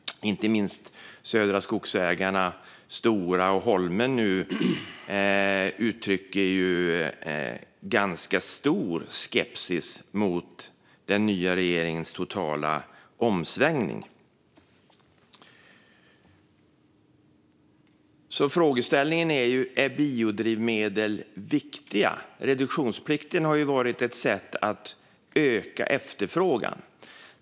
Inte minst Södra Skogsägarna, Stora och Holmen uttrycker nu ganska stor skepsis mot den nya regeringens totala omsvängning. Frågeställningen är: Är biodrivmedel viktiga? Reduktionsplikten har ju varit ett sätt att öka efterfrågan.